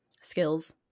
skills